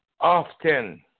often